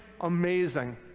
amazing